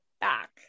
back